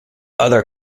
other